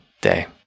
day